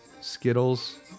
Skittles